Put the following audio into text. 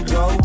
go